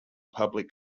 public